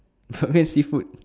I hate seafood